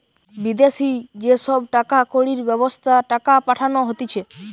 বিদেশি যে সব টাকা কড়ির ব্যবস্থা টাকা পাঠানো হতিছে